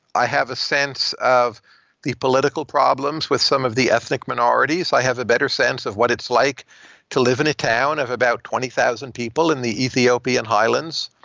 i have a sense of the political problems with some of the ethnic minorities. i have a better sense of what it's like to live in a town of about twenty thousand people in the ethiopian highlands.